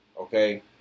Okay